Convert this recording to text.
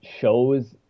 shows